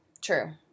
True